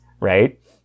right